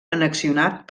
annexionat